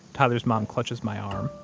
tyler's mom clutches my arm.